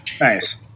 nice